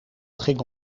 ging